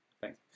Thanks